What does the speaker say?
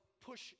push